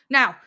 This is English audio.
Now